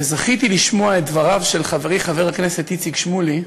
וזכיתי לשמוע את דבריו של חברי חבר הכנסת איציק שמולי,